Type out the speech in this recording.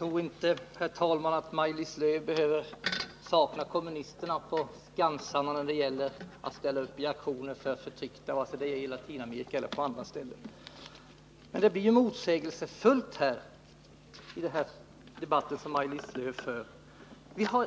Herr talman! Jag tror att Maj-Lis Lööw inte behöver sakna kommunisterna på skansarna när det gäller att ställa upp i aktioner för förtryckta, vare sig det är i Latinamerika eller på andra ställen. Men Maj-Lis Lööws debattinlägg blir motsägelsefulla.